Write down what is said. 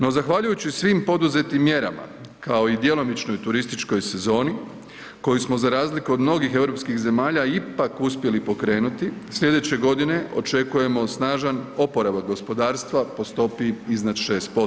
No, zahvaljujući svim poduzetim mjerama, kao i djelomičnoj turističkoj sezonu koju smo, za razliku od mnogih europskih zemalja ipak uspjeli pokrenuti, sljedeće godine očekujemo snažan oporavak gospodarstva po stopi iznad 6%